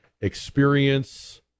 experience